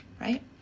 Right